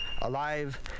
alive